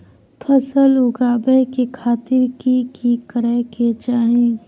फसल उगाबै के खातिर की की करै के चाही?